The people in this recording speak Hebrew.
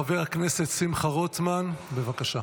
חבר הכנסת שמחה רוטמן, בבקשה.